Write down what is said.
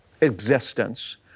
existence